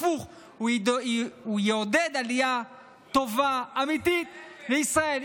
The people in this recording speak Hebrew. הפוך, הוא יעודד עלייה טובה ואמיתית לישראל.